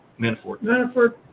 Manafort